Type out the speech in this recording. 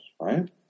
right